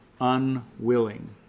unwilling